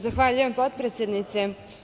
Zahvaljujem, potpredsednice.